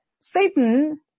Satan